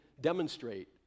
demonstrate